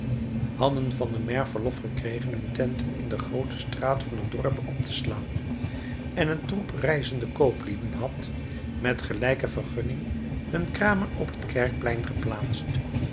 hadden van den maire verlof gekregen hun tenten in de groote straat van het dorp op te slaan en een troep reizende kooplieden had met gelijke vergunning hun kramen op het kerkplein geplaatst